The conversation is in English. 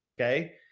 okay